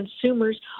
consumers